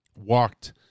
Walked